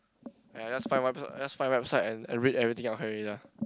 !aiya! just find one episode just find website and and read everything out can already lah